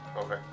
Okay